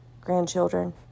grandchildren